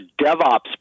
DevOps